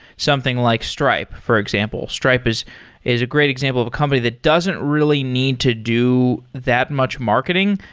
something like stripe, for example. stripe is is a great example of a company that doesn't really need to do that much marketing,